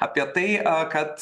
apie tai kad